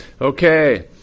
Okay